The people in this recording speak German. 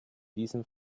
diesem